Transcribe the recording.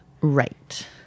Right